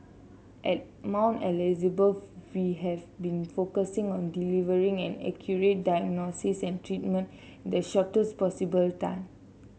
at Mount Elizabeth we have been focusing on delivering an accurate diagnosis and treatment in the shortest possible time